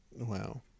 Wow